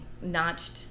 notched